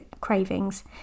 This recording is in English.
cravings